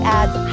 ads